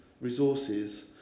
resources